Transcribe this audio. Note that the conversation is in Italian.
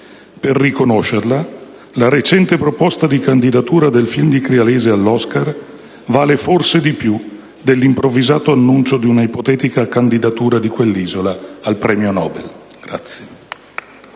Per riconoscerla, la recente proposta di candidatura del film di Crialese all'Oscar vale forse di più dell'improvvisato annuncio di una ipotetica candidatura di quell'isola al premio Nobel.